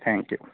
thank you